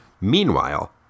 Meanwhile